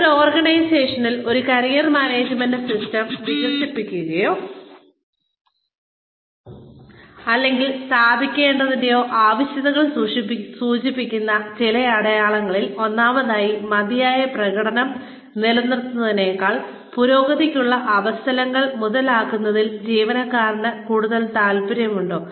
ഒരു ഓർഗനൈസേഷനിൽ ഒരു കരിയർ മാനേജ്മെന്റ് സിസ്റ്റം വികസിപ്പിക്കേണ്ടതിന്റെയോ അല്ലെങ്കിൽ സ്ഥാപിക്കേണ്ടതിന്റെയോ ആവശ്യകത സൂചിപ്പിക്കുന്ന ചില അടയാളങ്ങൾ ഒന്നാമതായി മതിയായ പ്രകടനം നിലനിർത്തുന്നതിനേക്കാൾ പുരോഗതിക്കുള്ള അവസരങ്ങൾ മുതലാക്കുന്നതിൽ ജീവനക്കാരന് കൂടുതൽ താൽപ്പര്യമുണ്ടോ